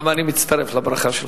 גם אני מצטרף לברכה שלך.